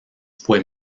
fue